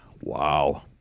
Wow